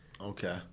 Okay